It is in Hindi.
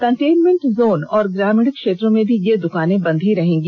कंटेनमेंट जोन और ग्रामीण क्षेत्रों में भी ये दुकानें बन्द ही रहेंगी